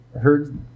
heard